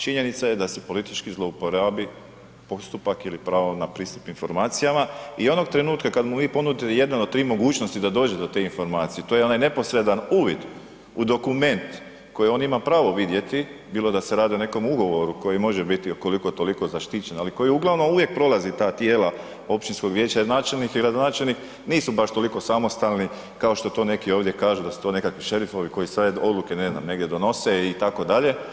Činjenica je da se politički zlouporabi postupak ili pravo na pristup informacijama i onog trenutka kad mu vi ponudite jedno od tri mogućnosti da dođe do te informacije, to je onaj neposredan uvid u dokument koji on ima pravo vidjeti, bilo da se radi o nekom ugovoru koji može biti koliko, toliko zaštićen, ali koji uglavnom uvijek prolazi ta tijela općinskog vijeća i načelnike i gradonačelnike nisu baš toliko samostalni, kao što to neki ovdje kažu da su to nekakvi šerifovi koji sve odluke ne znam, negdje donose itd.